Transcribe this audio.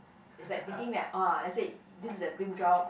is like thinking that !ah! let's say this a dream job